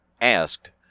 asked